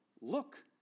Look